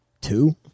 two